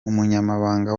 umunyamabanga